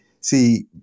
see